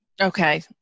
Okay